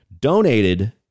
donated